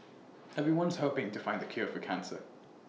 everyone's hoping to find the cure for cancer